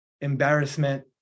embarrassment